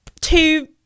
two